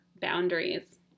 boundaries